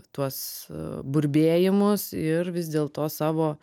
tuos burbėjimus ir vis dėlto savo